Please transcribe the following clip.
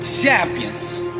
champions